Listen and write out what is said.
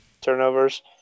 turnovers